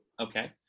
Okay